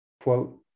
quote